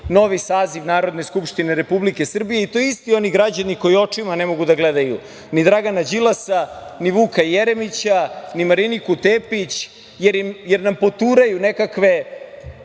novi saziv Narodne skupštine Republike Srbije. I to isti oni građani koji očima ne mogu da gledaju ni Dragana Đilasa, ni Vuka Jeremića, ni Mariniku Tepić, jer nam poturaju nekakve